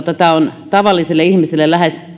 tämä on tavalliselle ihmiselle lähes